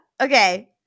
Okay